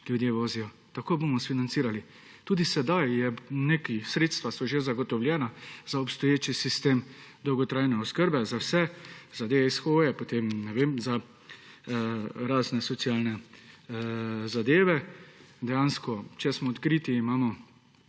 ljudje vozijo. Tako bomo sfinancirali. Tudi sedaj neka sredstva so že zagotovljena za obstoječi sistem dolgotrajne oskrbe, za vse / nerazumljivo/ potem, ne vem, za razne socialne zadeve. Dejansko če smo odkriti, imamo